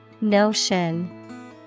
Notion